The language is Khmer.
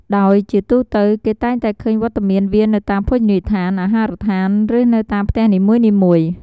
ដោយជាទូទៅគេតែងតែឃើញវត្តមានវានៅតាមភោជនីយដ្ឋាន អាហារដ្ឋាន ឬនៅតាមផ្ទះនីមួយៗ។